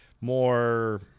more